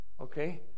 Okay